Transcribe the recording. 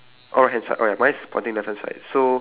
but it's pointing left hand corner left hand side